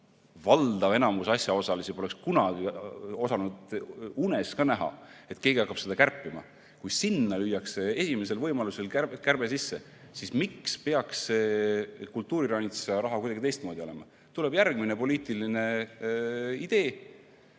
valdav osa asjaosalisi poleks osanud uneski näha, et keegi hakkab seda kärpima –, lüüakse esimesel võimalusel kärbe sisse, et siis selle kultuuriranitsa rahaga peaks kuidagi teistmoodi olema? Tuleb järgmine poliitiline idee